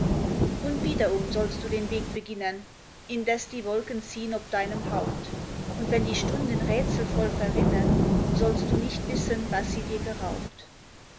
und wiederum sollst du den weg beginnen indes die wolken ziehn ob deinem haupt und wenn die stunden rätselvoll verrinnen sollst du nicht wissen was sie dir geraubt